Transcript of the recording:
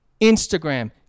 Instagram